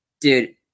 dude